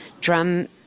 drum